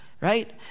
right